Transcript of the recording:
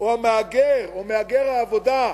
או המהגר, או מהגר העבודה,